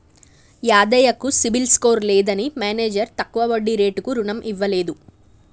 యాదయ్య కు CIBIL score లేదని manager తక్కువ వడ్డీ రేటుకు రుణం ఇవ్వలేదు